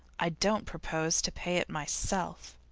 i don't propose to pay it myself!